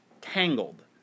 Tangled